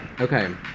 okay